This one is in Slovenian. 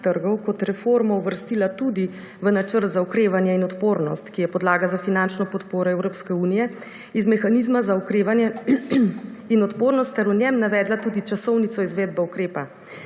kot reformo uvrstila tudi v Načrt za okrevanje in odpornost, ki je podlaga za finančno podporo Evropske unije iz mehanizma za okrevanje in odpornost ter v njem navedla tudi časovnico izvedbe ukrepa.